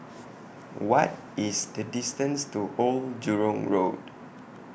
What IS The distance to Old Jurong Road